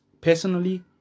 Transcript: personally